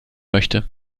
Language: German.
möchte